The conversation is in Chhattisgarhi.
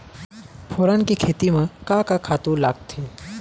फोरन के खेती म का का खातू लागथे?